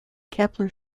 kepler